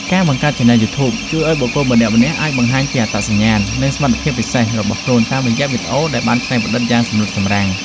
ការបង្កើតឆានែលយូធូប ជួយឱ្យបុគ្គលម្នាក់ៗអាចបង្ហាញពីអត្តសញ្ញាណ និងសមត្ថភាពពិសេសរបស់ខ្លួនតាមរយៈវីដេអូដែលបានច្នៃប្រឌិតយ៉ាងសម្រិតសម្រាំង។